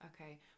okay